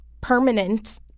permanent